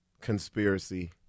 conspiracy